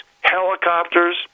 helicopters